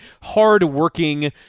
hard-working